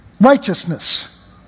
righteousness